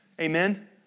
Amen